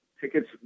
tickets